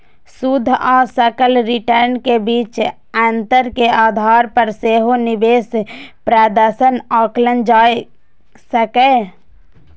शुद्ध आ सकल रिटर्न के बीच अंतर के आधार पर सेहो निवेश प्रदर्शन आंकल जा सकैए